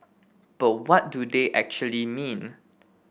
but what do they actually mean